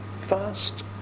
fast